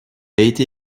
été